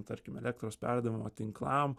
tarkim elektros perdavimo tinklam